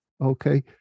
okay